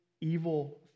evil